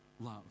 love